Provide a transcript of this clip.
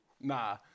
Nah